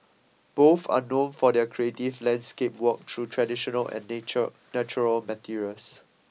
both are known for their creative landscape work through traditional and nature natural materials